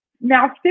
now